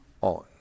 on